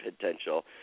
potential